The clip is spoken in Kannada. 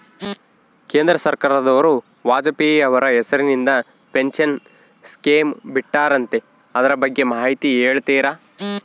ಕೇಂದ್ರ ಸರ್ಕಾರದವರು ವಾಜಪೇಯಿ ಅವರ ಹೆಸರಿಂದ ಪೆನ್ಶನ್ ಸ್ಕೇಮ್ ಬಿಟ್ಟಾರಂತೆ ಅದರ ಬಗ್ಗೆ ಮಾಹಿತಿ ಹೇಳ್ತೇರಾ?